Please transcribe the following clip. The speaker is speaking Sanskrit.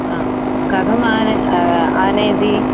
हा कथम् आनयति आनयति